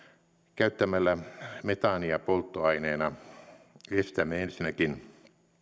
käyttämällä metaania polttoaineena estämme ensinnäkin